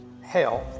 health